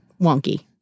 wonky